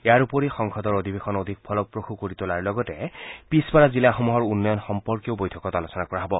ইয়াৰ উপৰি সংসদৰ অধিৱেশন অধিক ফলপ্ৰসু কৰি তোলাৰ লগতে পিছপৰা জিলাসমূহৰ উন্নয়ন সম্পৰ্কেও বৈঠকত আলোচনা কৰা হ'ব